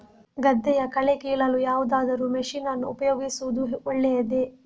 ಗದ್ದೆಯ ಕಳೆ ಕೀಳಲು ಯಾವುದಾದರೂ ಮಷೀನ್ ಅನ್ನು ಉಪಯೋಗಿಸುವುದು ಒಳ್ಳೆಯದೇ?